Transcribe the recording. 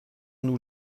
nous